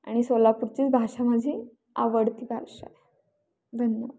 आणि सोलापूरचीच भाषा माझी आवडती भाषा आहे धन्यवाद